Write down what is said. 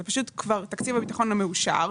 זה תקציב הביטחון המאושר.